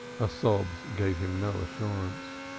her sobs gave him no assurance.